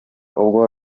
ubwo